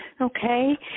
Okay